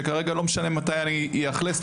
כך שכרגע לא משנה מתי אני אאכלס,